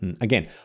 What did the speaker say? again